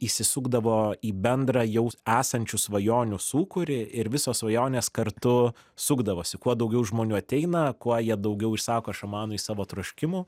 įsisukdavo į bendrą jau esančių svajonių sūkurį ir visos svajonės kartu sukdavosi kuo daugiau žmonių ateina kuo daugiau išsako šamanui savo troškimų